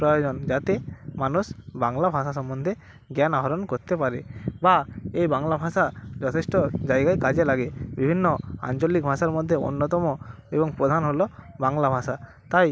প্রয়োজন যাতে মানুষ বাংলা ভাষা সম্বন্ধে জ্ঞান আহরণ করতে পারে বা এই বাংলা ভাষা যথেষ্ট জায়গায় কাজে লাগে বিভিন্ন আঞ্চলিক ভাষার মধ্যেও অন্যতম এবং প্রধান হলো বাংলা ভাষা তাই